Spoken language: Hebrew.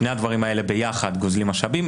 שני הדברים האלה ביחד גוזלים משאבים.